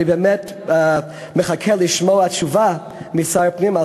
אני באמת מחכה לשמוע תשובה משר הפנים על